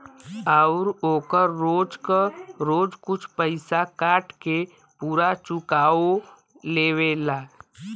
आउर ओकर रोज क रोज कुछ पइसा काट के पुरा चुकाओ लेवला